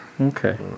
Okay